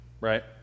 Right